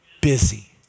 busy